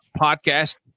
podcast